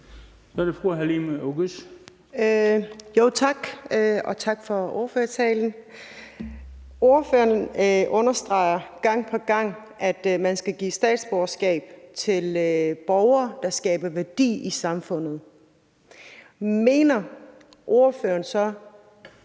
tak for ordførertalen. Ordføreren understreger gang på gang, at man skal give statsborgerskab til borgere, der skaber værdi i samfundet. Mener ordføreren så,